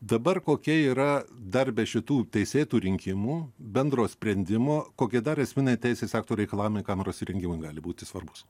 dabar kokia yra dar be šitų teisėtų rinkimų bendro sprendimo kokie dar esminiai teisės aktų reikalavimai kameros įrengimui gali būti svarbūs